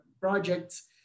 projects